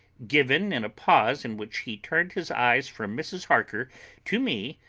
given in a pause in which he turned his eyes from mrs. harker to me,